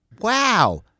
Wow